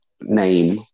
name